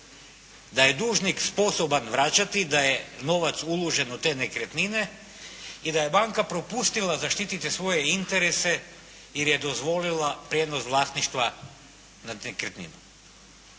da je dužnik sposoban vraćati, da je novac uložen u te nekretnine i da je banka propustila zaštititi svoje interese jer je dozvolila prijenos vlasništva nad nekretninom.